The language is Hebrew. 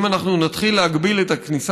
אם אנחנו נתחיל להגביל את הכניסה